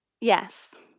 Yes